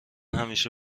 همیشه